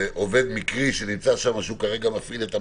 עובד מקרי שנמצא שם וכרגע הוא מפעיל את המקום.